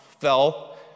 fell